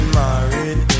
married